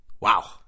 Wow